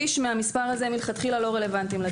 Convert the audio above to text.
שליש מהמספר הזה לא רלוונטי לכתחילה.